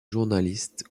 journaliste